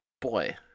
boy